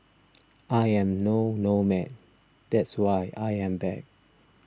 I am no nomad that's why I am back